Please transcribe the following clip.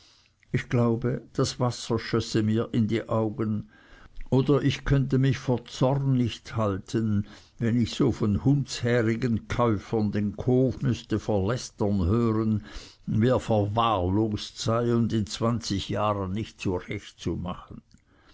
ich glaube das wasser schösse mir in die augen oder ich könnte mich vor zorn nicht halten wenn ich so von hundshärigen käufern den hof müßte verlästern hören wie er verwahrlost sei und in zwanzig jahren nicht zurecht zu machen